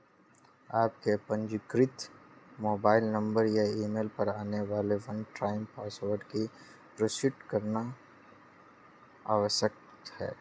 आपके पंजीकृत mobile number या ईमेल पर आने वाले वन टाइम पासवर्ड की पुष्टि करना आवश्यक है